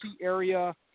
area